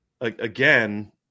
again